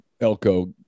Elko